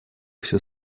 всю